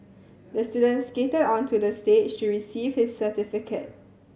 the student skated onto the stage to receive his certificate